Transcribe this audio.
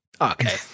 Okay